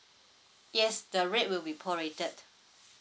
yes the rate will be prorated